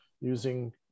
using